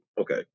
okay